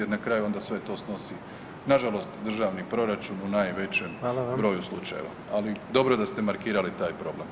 Na kraju onda sve to snosi nažalost državni proračun, u najvećem broju slučajeva [[Upadica: Hvala vam.]] Ali, dobro da ste markirali taj problem.